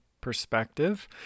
perspective